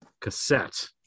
cassette